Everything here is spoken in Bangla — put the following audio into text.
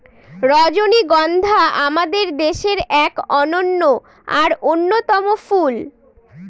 রজনীগন্ধা আমাদের দেশের এক অনন্য আর অন্যতম ফুল